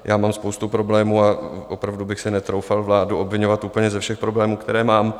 Já mám spoustu problémů a opravdu bych si netroufal vládu obviňovat úplně ze všech problémů, které mám.